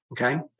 Okay